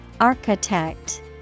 Architect